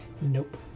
Nope